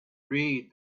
read